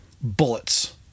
bullets